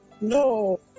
No